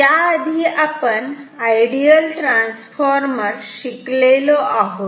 याआधी आपण ideal transformer शिकलेलो आहोत